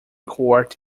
court